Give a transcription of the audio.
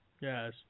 Yes